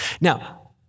Now